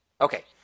Okay